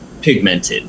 pigmented